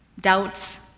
doubts